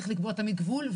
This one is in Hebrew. צריך לקבוע תמיד גבול,